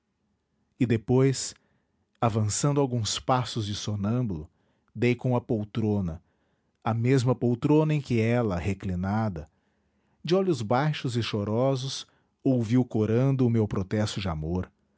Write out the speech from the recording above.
e depois avançando alguns passos de sonâmbulo dei com a poltrona a mesma poltrona em que ela reclinada de olhos baixos e chorosos ouviu corando o meu protesto de amor